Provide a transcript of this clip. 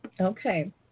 Okay